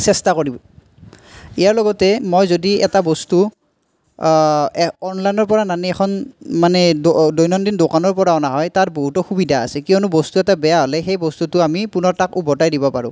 চেষ্টা কৰিম ইয়াৰ লগতে মই যদি এটা বস্তু এই অনলাইনৰপৰা নানি এখন মানে দৈনন্দিন দোকানৰপৰা অনা হয় তাৰ বহুতো সুবিধা আছে কিয়নো বস্তু এটা বেয়া হ'লে সেই বস্তুটো আমি পুনৰ তাক ওভতাই দিব পাৰোঁ